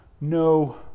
no